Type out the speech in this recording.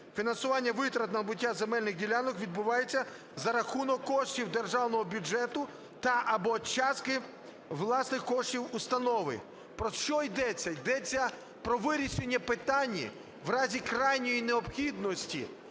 Фінансування витрат на набуття земельних ділянок відбувається за рахунок коштів державного бюджету та/або частки власних коштів установи". Про що йдеться? Йдеться про вирішення питання в разі крайньої необхідності